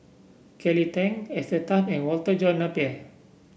Kelly Tang Esther Tan and Walter John Napier